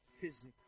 physically